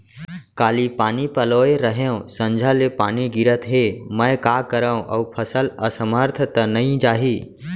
काली पानी पलोय रहेंव, संझा ले पानी गिरत हे, मैं का करंव अऊ फसल असमर्थ त नई जाही?